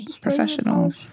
professional